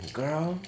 girl